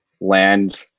land